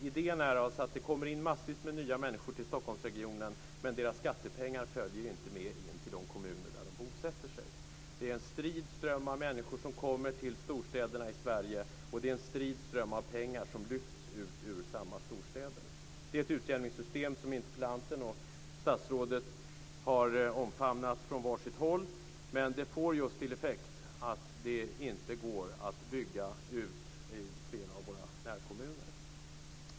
Idén är alltså att det kommer massor med nya människor till Stockholmsregionen, men deras skattepengar följer inte med till de kommuner där de bosätter sig. Det är en strid ström av människor som kommer till storstäderna i Sverige, och det är en strid ström av pengar som lyfts ut ur samma storstäder. Det är ett utjämningssystem som interpellanten och statsrådet har omfamnat från var sitt håll, men det får till effekt att det inte går att bygga ut i flera av våra närkommuner.